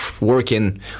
working